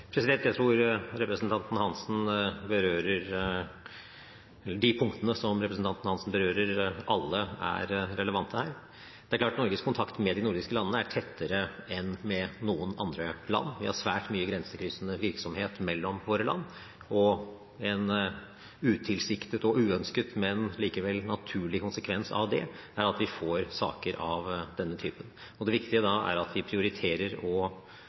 Jeg tror alle de punktene representanten Hansen berører, er relevante. Det er klart at kontakten mellom de nordiske landene er tettere enn med noen andre land. Vi har svært mye grensekryssende virksomhet mellom våre land, og en utilsiktet og uønsket, men likevel naturlig, konsekvens av det er at vi får saker av denne typen. Det viktige da er at vi prioriterer å ta tak i dem og